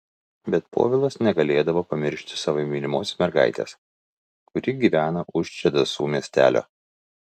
bet povilas negalėdavo pamiršti savo mylimos mergaitės kuri gyveno už čedasų miestelio